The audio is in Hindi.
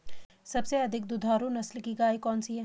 सबसे अधिक दुधारू नस्ल की गाय कौन सी है?